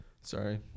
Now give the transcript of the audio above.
Sorry